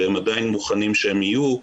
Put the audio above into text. והם עדיין מוכנים שהם יהיו.